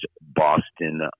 Boston